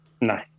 No